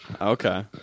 Okay